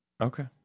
Okay